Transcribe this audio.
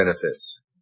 benefits